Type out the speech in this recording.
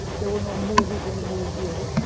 there were no movies in the movie theater,